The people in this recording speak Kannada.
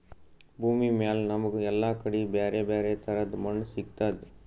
ಭೂಮಿಮ್ಯಾಲ್ ನಮ್ಗ್ ಎಲ್ಲಾ ಕಡಿ ಬ್ಯಾರೆ ಬ್ಯಾರೆ ತರದ್ ಮಣ್ಣ್ ಸಿಗ್ತದ್